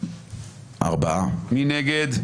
מי נגד?